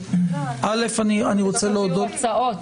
--- הצעות.